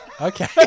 Okay